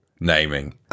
naming